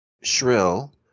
shrill